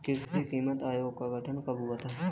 कृषि कीमत आयोग का गठन कब हुआ था?